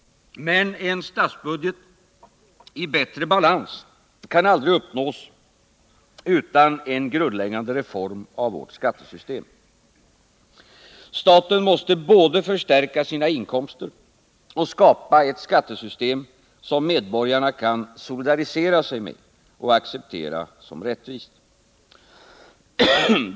Men en statsbudget i bättre balans kan aldrig uppnås utan en grundläggande reform av vårt skattesystem. Staten måste både förstärka sina inkomster och skapa ett skattesystem som medborgarna kan solidarisera sig med och acceptera som rättvist.